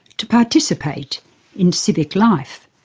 to participate in civic life.